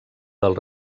del